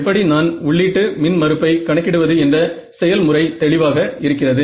எப்படி நான் உள்ளீட்டு மின் மறுப்பை கணக்கிடுவது என்ற செயல்முறை தெளிவாக இருக்கிறது